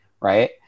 right